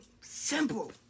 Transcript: Simple